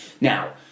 Now